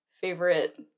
favorite